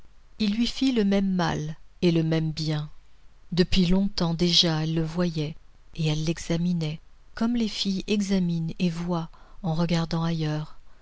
il lui fit le même mal et le même bien depuis longtemps déjà elle le voyait et elle l'examinait comme les filles examinent et voient en regardant ailleurs